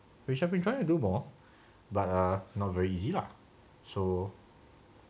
which I've been trying to do more but are not very easy lah so